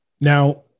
Now